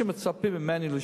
טיפלו, יש המון בעיות.